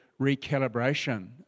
recalibration